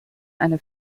eine